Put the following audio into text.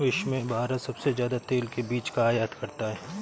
विश्व में भारत सबसे ज्यादा तेल के बीज का आयत करता है